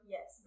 Yes